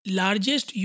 largest